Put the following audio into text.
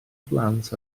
blant